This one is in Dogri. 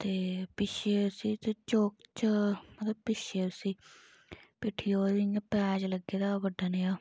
ते पिच्छें उस्सी मतलब पिच्छें उस्सी पिट्ठी पर इ'यां पैच लग्गे दा हा बड्डा नेहा